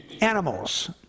animals